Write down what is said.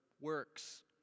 works